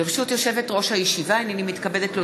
ברשות יושבת-ראש הישיבה, הינני מתכבדת להודיעכם,